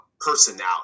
personality